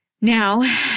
Now